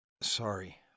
Sorry